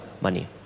money